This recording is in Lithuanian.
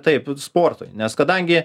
taip sportui nes kadangi